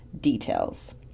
details